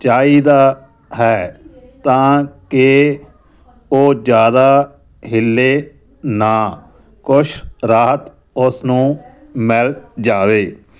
ਚਾਹੀਦਾ ਹੈ ਤਾਂ ਕਿ ਉਹ ਜ਼ਿਆਦਾ ਹਿਲੇ ਨਾ ਕੁਛ ਰਾਹਤ ਉਸ ਨੂੰ ਮਿਲ ਜਾਵੇ